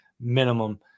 minimum